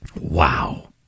Wow